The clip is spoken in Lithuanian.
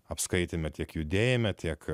apskaitėme tiek judėjime tiek